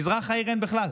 במזרח העיר אין בכלל.